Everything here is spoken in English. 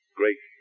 great